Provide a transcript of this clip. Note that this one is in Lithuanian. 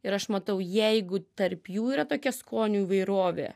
ir aš matau jeigu tarp jų yra tokia skonių įvairovė